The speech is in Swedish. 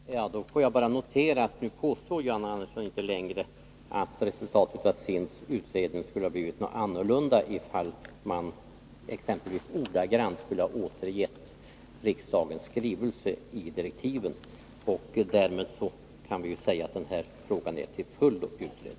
Fru talman! Då får jag bara notera att John Andersson inte längre påstår att resultatet av utredningen skulle ha blivit annorlunda ifall man exempelvis ordagrant skulle ha återgett riksdagsskrivelsen i direktiven. Därmed kan vi säga att den här frågan är till fullo utredd.